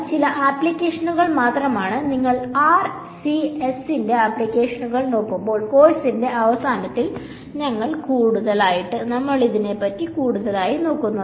ഇവ ചില ആപ്ലിക്കേഷനുകൾ മാത്രമാണ് നിങ്ങൾ ആർസിഎസിന്റെ ആപ്ലിക്കേഷനുകൾ നോക്കുമ്പോൾ കോഴ്സിന്റെ അവസാനത്തിൽ ഞങ്ങൾ കൂടുതൽ നോക്കും